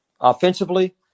offensively